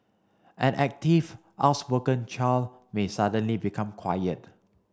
an active outspoken child may suddenly become quiet